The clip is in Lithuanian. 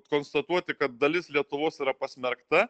konstatuoti kad dalis lietuvos yra pasmerkta